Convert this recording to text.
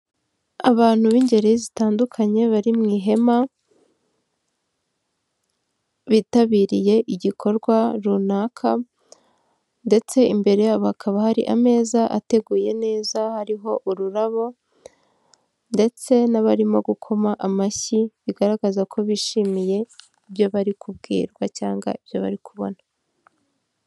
Abantu b'ingeri zitandukanye bari mu ihema, bitabiriye igikorwa runaka, ndetse imbere yabo hakaba hari ameza ateguye neza hariho ururabo, ndetse n'abarimo gukoma amashyi bigaragaza ko bishimiye ibyo bari kubwirwa cyangwa ibyo bari kubona.